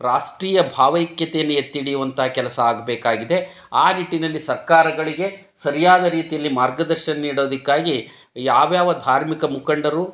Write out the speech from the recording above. ರಾಷ್ಟ್ರೀಯ ಭಾವೈಕ್ಯತೆಯನ್ನು ಎತ್ತಿ ಹಿಡಿಯುವಂತಹ ಕೆಲಸ ಆಗಬೇಕಾಗಿದೆ ಆ ನಿಟ್ಟಿನಲ್ಲಿ ಸರ್ಕಾರಗಳಿಗೆ ಸರಿಯಾದ ರೀತಿಯಲ್ಲಿ ಮಾರ್ಗದರ್ಶನ ನೀಡೋದಕ್ಕಾಗಿ ಯಾವಯಾವ ಧಾರ್ಮಿಕ ಮುಖಂಡರು